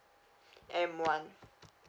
M one